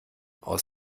aus